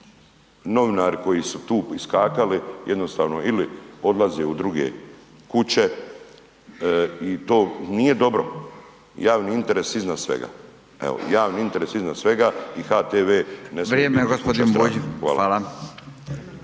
novinari koji su tu iskakali, jednostavno ili odlaze u druge kuće i to nije dobro, javni interes iznad svega. Evo, javni interes iznad svega i HTV ne smije biti kuća